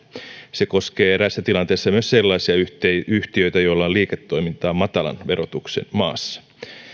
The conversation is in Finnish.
se koskee eräissä tilanteissa myös sellaisia yhtiöitä joilla on liiketoimintaa matalan verotuksen maassa